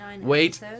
Wait